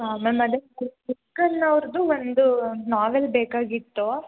ಹಾಂ ಮ್ಯಾಮ್ ಅದೆ ಅವ್ರದು ಒಂದು ನಾವೆಲ್ ಬೇಕಾಗಿತ್ತು